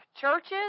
churches